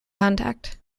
contact